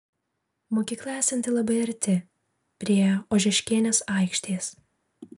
mokykla esanti labai arti prie ožeškienės aikštės